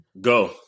Go